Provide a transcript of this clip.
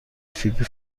فیبی